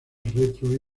retro